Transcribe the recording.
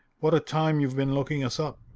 what a time you've been looking us up.